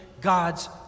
God's